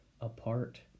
apart